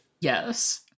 Yes